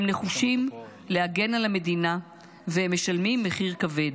הם נחושים להגן על המדינה והם משלמים מחיר כבד,